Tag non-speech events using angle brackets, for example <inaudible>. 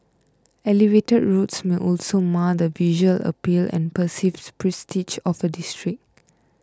elevated roads may also mar the visual appeal and perceived prestige of a district <noise>